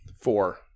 Four